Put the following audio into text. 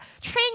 train